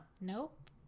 nope